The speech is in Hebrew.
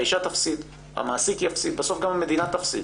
האישה תפסיד, המעסיק יפסיד ובסוף גם המדינה תפסיד.